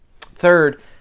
Third